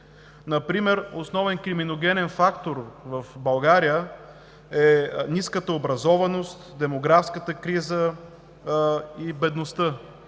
Например основен криминогенен фактор в България е ниската образованост, демографската криза и бедността.